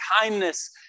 kindness